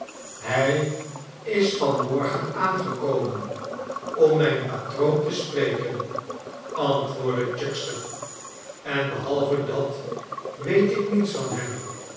hij is van morgen aangekomen om mijn patroon te spreken antwoordde chuckster en behalve dat weet ik niets van hem